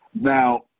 Now